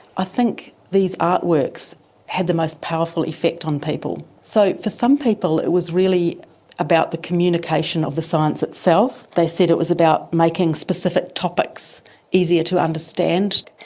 i think these artworks had the most powerful effect on people. so for some people it was really about the communication of the science itself. they said it was about making specific topics easier to understand,